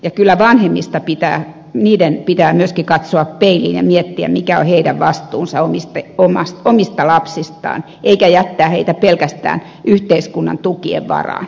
ja kyllä vanhempien pitää myöskin katsoa peiliin ja miettiä mikä on heidän vastuunsa omista lapsistaan eikä jättää heitä pelkästään yhteiskunnan tukien varaan